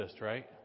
right